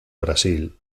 brasil